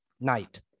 Night